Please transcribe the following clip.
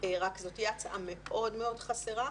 רק זאת תהיה הצעה מאוד מאוד חסרה.